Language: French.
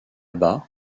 bas